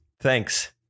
thanks